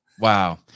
Wow